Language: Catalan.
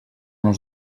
els